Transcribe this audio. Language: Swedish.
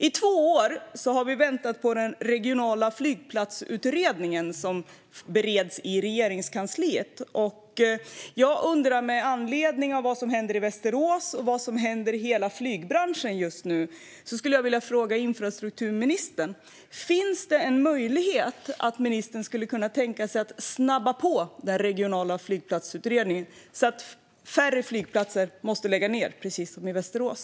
I två år har vi väntat på den regionala flygplatsutredningen, som bereds i Regeringskansliet. Med anledning av vad som händer i Västerås och vad som händer i hela flygbranschen just nu skulle jag vilja fråga infrastrukturministern: Finns det en möjlighet att ministern skulle kunna tänka sig att snabba på den regionala flygplatsutredningen, så att färre flygplatser måste lägga ned som i Västerås?